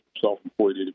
self-employed